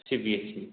CBSE